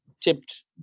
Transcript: tipped